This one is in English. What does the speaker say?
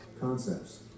concepts